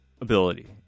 ability